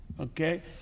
Okay